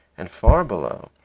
and far below,